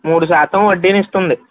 మూడు శాతం వడ్డీనిస్తుంది